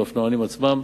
לאופנוענים עצמם.